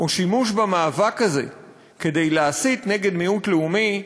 או שימוש במאבק הזה כדי להסית נגד מיעוט לאומי,